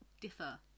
differ